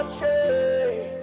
change